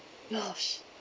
gosh